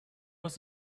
was